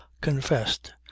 confessed